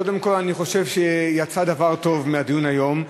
קודם כול אני חושב שיצא דבר טוב מהדיון היום,